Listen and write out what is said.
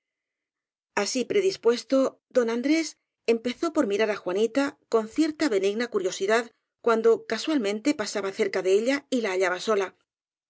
así predispuesto don andrés empezó por mirar á juanita con cierta benigna curiosidad cuando casualmente pasaba cerca de ella y la hallaba sola